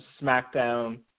SmackDown